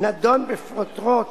נדון בפרוטרוט